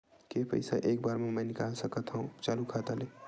के पईसा एक बार मा मैं निकाल सकथव चालू खाता ले?